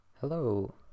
Hello